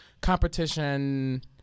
competition